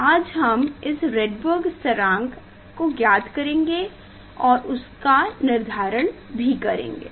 आज हम इस रइडबर्ग स्थिरांक ज्ञात करेंगे और उसका का निर्धारण करेंगे